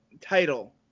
title